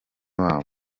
wabo